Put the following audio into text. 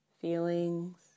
feelings